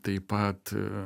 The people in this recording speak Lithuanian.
taip pat